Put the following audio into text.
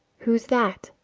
who's that?